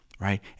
right